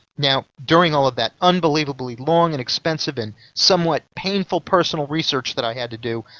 now, during all of that unbelievably long and expensive, and somewhat painful personal research that i had to do,